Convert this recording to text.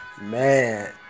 man